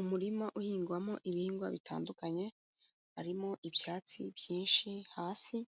Umurima uhingwamo ibihingwa bitandukanye, harimo ibyatsi byinshi hasi